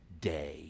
Day